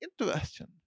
interesting